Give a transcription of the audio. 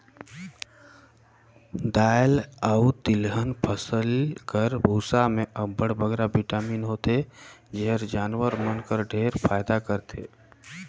दाएल अए तिलहन फसिल कर बूसा में अब्बड़ बगरा बिटामिन होथे जेहर जानवर मन बर ढेरे फएदा करथे